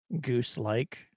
goose-like